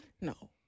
No